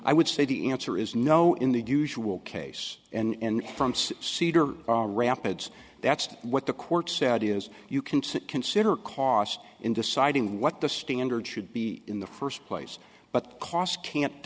i would say the answer is no in the usual case and from cedar rapids that's what the court said is you can see consider costs in deciding what the standards should be in the first place but cost can't